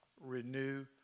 renew